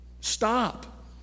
stop